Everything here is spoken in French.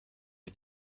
les